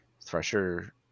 thresher